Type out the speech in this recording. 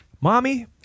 Mommy